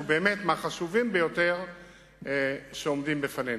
שהוא מהחשובים ביותר שעומדים בפנינו.